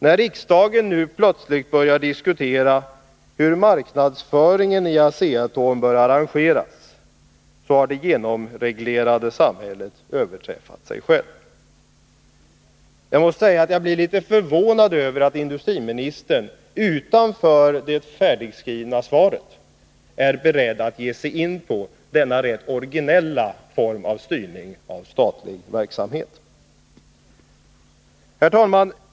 När riksdagen nu plötsligt börjar diskutera hur marknadsföringen i Asea-Atom bör arrangeras, har det genomreglerade samhället överträffat sig självt. Jag måste säga att jag blir litet förvånad över att industriministern, utanför det färdigskrivna svaret, är beredd att ge sig in på denna rätt originella form av styrning av statlig verksamhet. Herr talman!